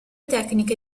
tecniche